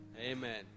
Amen